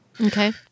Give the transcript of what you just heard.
Okay